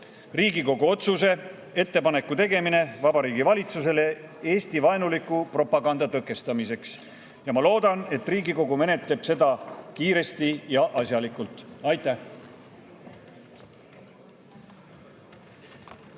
Riigikogu otsuse "Ettepaneku tegemine Vabariigi Valitsusele Eesti-vaenuliku propaganda tõkestamiseks". Ma loodan, et Riigikogu menetleb seda kiiresti ja asjalikult. Aitäh!